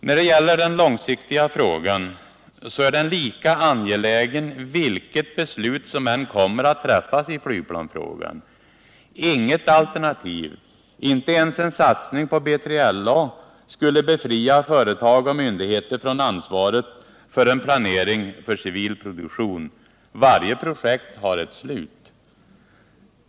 När det gäller den långsiktiga frågan, så är den lika angelägen vilket beslut som än kommer att fattas i flygplansfrågan. Inget alternativ — inte ens en satsning på B3LA —skulle befria företag och myndigheter från ansvaret för en planering för civil produktion. Varje projekt har ett slut.